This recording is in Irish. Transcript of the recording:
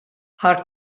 thar